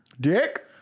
Dick